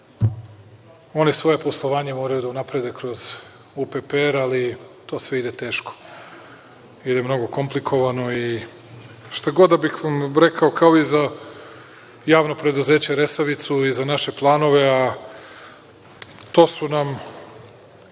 Oni svoje poslovanje moraju da unaprede kroz UPPR, ali to sve ide teško. Ide mnogo komplikovano i šta god da bih vam rekao, kao i za JP „Resavicu“ i za naše planove, a to su nam